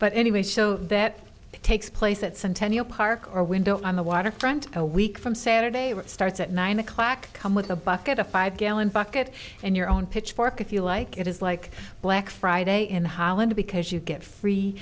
but anyway so that takes place at centennial park our window on the waterfront a week from saturday which starts at nine o'clock come with a bucket a five gallon bucket and your own pitchfork if you like it is like black friday in holland because you get free